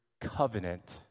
covenant